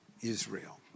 Israel